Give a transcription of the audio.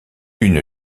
une